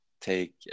take